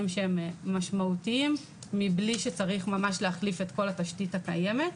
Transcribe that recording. שהם משמעותיים מבלי שצריך ממש להחליף את כל התשתית הקיימת.